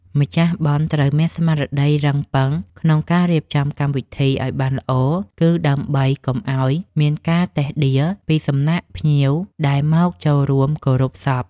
ម្ចាស់បុណ្យត្រូវមានស្មារតីរឹងប៉ឹងក្នុងការរៀបចំកម្មវិធីឱ្យបានល្អ គឺ ដើម្បីកុំឱ្យមានការតិះដៀលពីសំណាក់ភ្ញៀវដែលមកចូលរួមគោរពសព។